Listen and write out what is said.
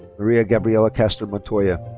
maria gabriella castor montoya.